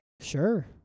Sure